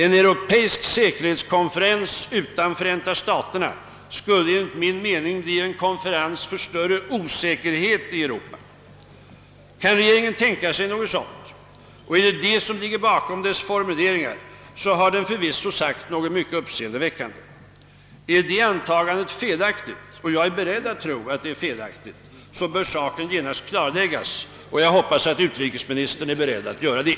En europeisk säkerhetskonferens utan Förenta staterna skulle enligt min mening bli en konferens för större osäkerhet i Europa. Kan regeringen tänka sig något sådant och är det detta som ligger bakom dess formuleringar, så har regeringen förvisso sagt något mycket uppseendeväckande. Är antagandet däremot felaktigt, vilket jag är beredd att tro, bör den saken genast klarläggas, och jag hoppas att utrikesministern är beredd att göra det.